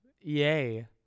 yay